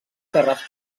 terres